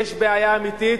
ויש בעיה אמיתית,